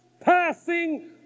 passing